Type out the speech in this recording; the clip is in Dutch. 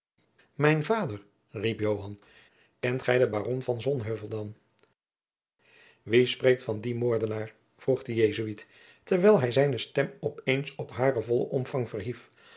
mijn vader riep joan kent gij den baron van sonheuvel dan wie spreekt van dien moordenaar vroeg de jesuit terwijl hij zijne stem op eens tot haren vollen omvang verhief